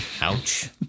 Ouch